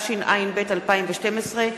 אוקיי, הודעה, כדאי לכם להישאר פה רגע.